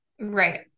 Right